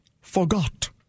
forgot